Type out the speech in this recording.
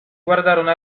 guardarono